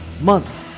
month